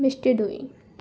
मिश्टी दोई